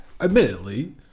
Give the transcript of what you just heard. Admittedly